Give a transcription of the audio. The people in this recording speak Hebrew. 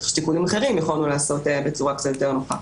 כך שתיקונים אחרים יכולנו לעשות בצורה קצת יותר נוחה.